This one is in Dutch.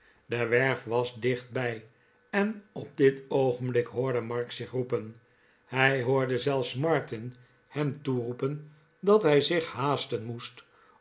de werf was dichtbij en op dit oogenblik hoorde mark zich roepen hij hoorde zelfs martin hem toeroepen dat hij zich haasten moest